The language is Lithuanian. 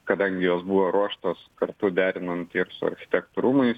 kadangi jos buvo ruoštos kartu derinant tiek su architektų rūmais